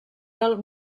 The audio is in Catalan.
del